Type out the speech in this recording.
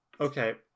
Okay